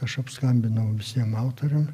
aš apskambinau visiem autoriam